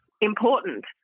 important